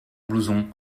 blouson